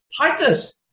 Titus